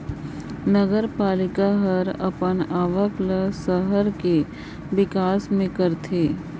नगरपालिका हर अपन आवक ल सहर कर बिकास में करथे